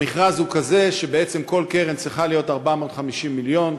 המכרז הוא כזה שבעצם כל קרן צריכה להיות של 450 מיליון,